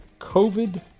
COVID